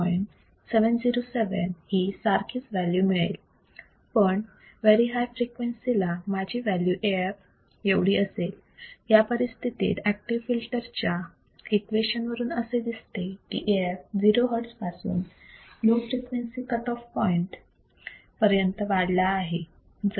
707 ही सारखीच व्हॅल्यू मिळेल पण व्हेरी हाय फ्रिक्वेन्सी ला माझी व्हॅल्यू Af एवढी असेल या परिस्थितीत ऍक्टिव्ह फिल्टरच्या इक्वेशन active filter's equation वरून असे दिसते की Af 0 hertz पासून low frequency cut off point पर्यंत वाढला आहे